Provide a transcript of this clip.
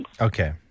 Okay